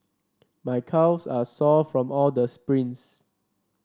my calves are sore from all the sprints